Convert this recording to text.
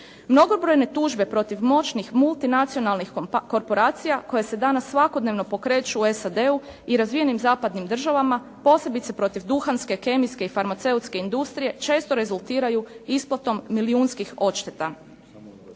Mnogobrojne tužbe protiv moćnih multinacionalnih korporacija koje se danas svakodnevno pokreću u SAD-u i razvijenim zapadnim državama, posebice protiv duhanske, kemijske i farmaceutske industrije, često rezultiraju isplatom milijunskih odšteta.